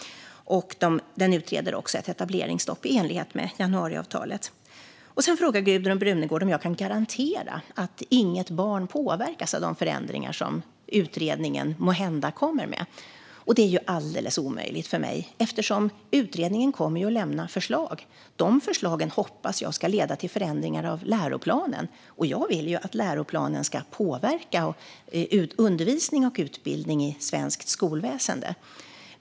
Man utreder också ett etableringsstopp i enlighet med januariavtalet. Sedan frågar Gudrun Brunegård om jag kan garantera att inget barn påverkas av de förändringar som utredningen måhända kommer med. Det är alldeles omöjligt för mig, för utredningen kommer att lämna förslag, och de förslagen hoppas jag ska leda till förändringar av läroplanen. Jag vill ju att läroplanen ska påverka undervisning och utbildning i svenskt skolväsen.